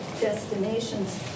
destinations